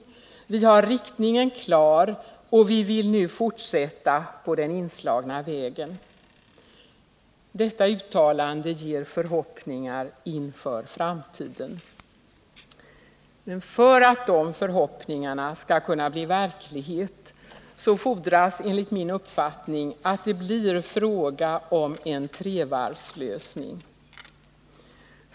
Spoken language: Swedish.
Vi har 151 riktningen klar och vi vill nu fortsätta på den inslagna vägen.” Detta uttalande ger förhoppningar inför framtiden. För att de förhoppningarna skall kunna bli verklighet, fordras enligt min uppfattning att det blir fråga om en trevarvslösning.